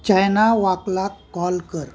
China वॉकला call कर